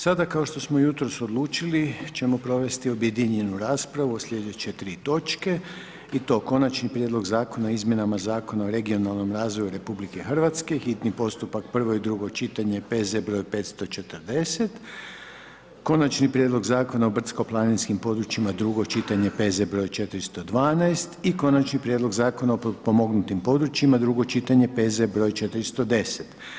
Sada, kao što smo jutros odlučili ćemo provesti objedinjenu raspravu o sljedeće tri točke i to: Konačni prijedlog zakona o izmjenama zakona o regionalnom razvoju RH, hitni postupak, prvo i drugo čitanje, PZ br. 540, Konačni prijedlog zakona o brdsko-planinskim područjima, drugo čitanje, PZ br. 412 i Konačni prijedlog zakona o potpomognutim područjima, drugo čitanje, PZ br. 410.